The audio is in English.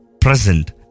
present